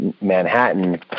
Manhattan